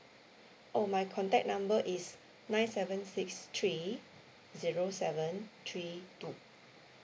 oh my contact number is nine seven six three zero seven three two